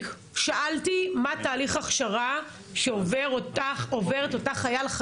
שאלתי מה התהליך הכשרה שעוברת אותה חיילת,